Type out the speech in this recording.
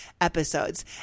episodes